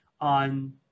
on